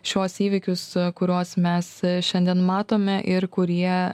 šiuos įvykius kuriuos mes šiandien matome ir kurie